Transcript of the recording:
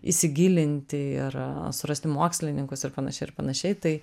įsigilinti ir surasti mokslininkus ir panašiai ir panašiai tai